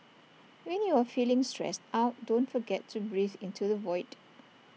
when you are feeling stressed out don't forget to breathe into the void